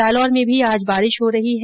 जालौर में भी आज बारिश हो रही है